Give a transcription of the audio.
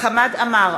חמד עמאר,